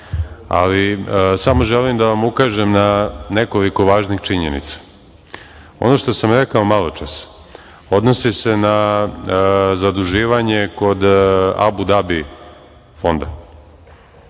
ali samo želim da vam ukažem na nekoliko važnih činjenica. Ono što sam rekao maločas odnosi se na zaduživanje kod Abu Dabi fonda,